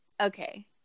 okay